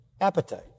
appetite